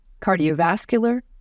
cardiovascular